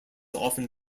often